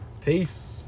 Peace